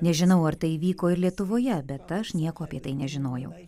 nežinau ar tai įvyko ir lietuvoje bet aš nieko apie tai nežinojau